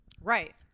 right